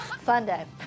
sunday